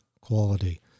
quality